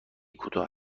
کوتاه